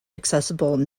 accessible